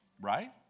right